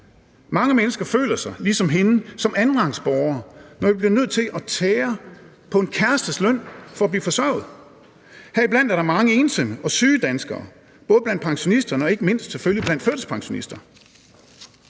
Mange mennesker føler sig ligesom hende som andenrangsborgere, når de bliver nødt til at tære på en kærestes løn for at blive forsørget. Heriblandt er der mange ensomme og syge danskere, både blandt pensionisterne, men ikke mindst selvfølgelig blandt førtidspensionister.